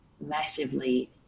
massively